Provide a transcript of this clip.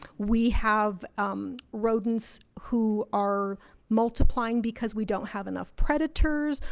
we have rodents, who are multiplying because we don't have enough predators.